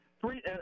three